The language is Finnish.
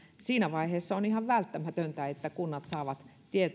siinä vaiheessa on ihan välttämätöntä että kunnat saavat